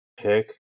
pick